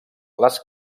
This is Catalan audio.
les